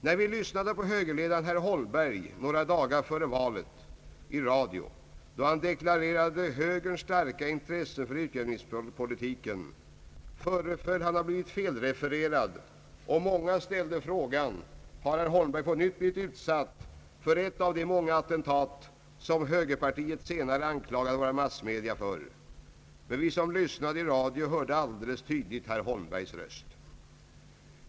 När vi lyssnade på högerledaren herr Holmberg några dagar före valet, då han i radio deklarerade högerns starka intresse för utjämningspolitiken, föreföll han att ha blivit felrefererad. Många ställde frågan om herr Holmberg på nytt blivit utsatt för ett av de många attentat som man från högerhåll senare anklagade våra massmedia för. Men vi som lyssnade i radio hörde alldeles tydligt herr Holmbergs röst.